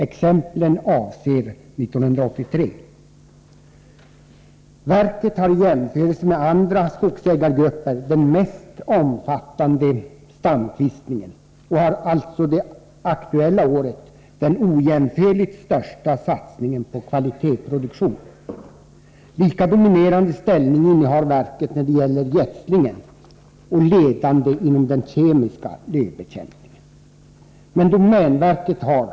Exemplen avser 1983. Verket har i jämförelse med andra skogsägargrupper den mest omfattande stamkvistningen. Det aktuella året står man för den ojämförligt största satsningen på kvalitetsproduktion. Lika dominerande ställning innehar verket när det gäller gödslingen. I fråga om den kemiska lövbekämpningen innehar man en ledande ställning.